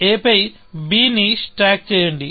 a పై b ని stack చేయండి